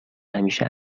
همیشه